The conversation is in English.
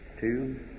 two